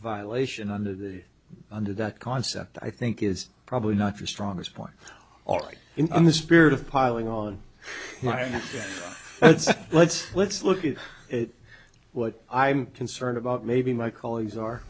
violation under the under that concept i think is probably not your strongest point all right in the spirit of piling on let's let's look at it what i'm concerned about maybe my colleagues are